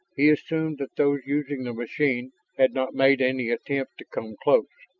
he assumed that those using the machine had not made any attempt to come close.